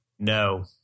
No